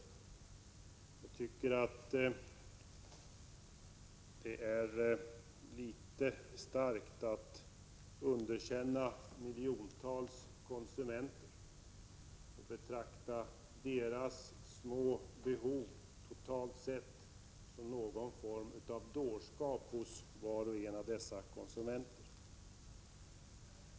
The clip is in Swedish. Jag tycker att det är litet starkt att underkänna miljontals konsumenter och betrakta deras små behov totalt sett som någon form av dårskap.